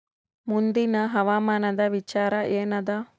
ಮುಂದಿನ ಹವಾಮಾನದ ವಿಚಾರ ಏನದ?